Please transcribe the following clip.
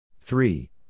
Three